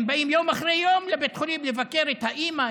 הם באים יום אחרי יום לבית חולים לבקר את האימא,